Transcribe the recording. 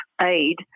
aid